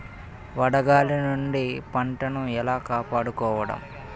వడగాలి నుండి పంటను ఏలా కాపాడుకోవడం?